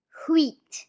Wheat